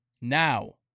Now